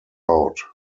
out